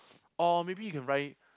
or maybe you can ride it